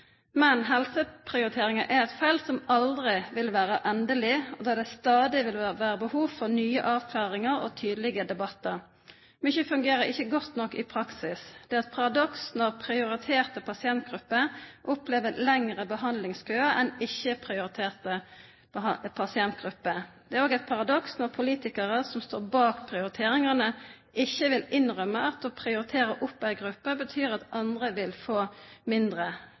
Men helseprioriteringer er et felt som aldri vil være endelig, og der det stadig vil være behov for nye avklaringer og tydelige debatter. Mye fungerer ikke godt nok i praksis. Det er et paradoks når prioriterte pasientgrupper opplever lengre behandlingskø enn ikke-prioriterte pasientgrupper. Det er også et paradoks når politikere som står bak prioriteringene, ikke vil innrømme at å prioritere opp en gruppe betyr at andre vil få mindre.